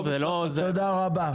תודה רבה.